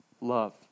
love